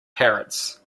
parrots